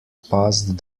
passed